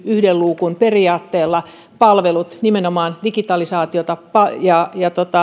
yhden luukun periaatteella nimenomaan digitalisaation ja